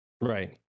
right